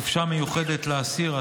(חופשה מיוחדת לאסיר),